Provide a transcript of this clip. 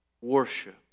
Worship